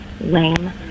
lame